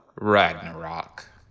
Ragnarok